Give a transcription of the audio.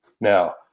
now